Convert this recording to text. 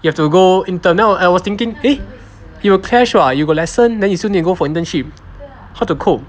you have to go intern then I was thinking eh it will clash [what] like you got lesson then you still need to go for internship how to cope